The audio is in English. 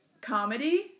comedy